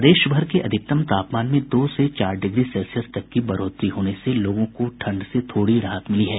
प्रदेश भर के अधिकतम तापमान में दो से चार डिग्री सेल्सियस तक की बढ़ोतरी होने से लोगों को ठंड से थोड़ी राहत मिली है